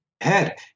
Head